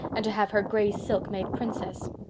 and to have her gray silk made princess.